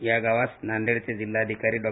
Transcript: या गावास नांदेडचे जिल्हाधिकारी डॉ